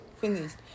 finished